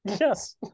Yes